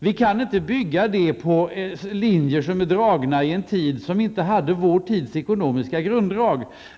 Det går inte att bygga på vad som gällde under en tid som inte hade våra ekonomiska grunddrag.